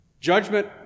Judgment